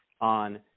on